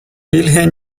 бельгия